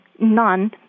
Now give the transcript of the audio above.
none